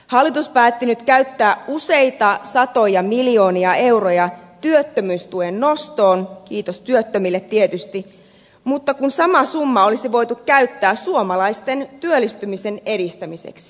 hallitus päätti nyt käyttää useita satoja miljoonia euroja työttömyystuen nostoon kiitos työttömille tietysti mutta kun sama summa olisi voitu käyttää suomalaisten työllistymisen edistämiseksi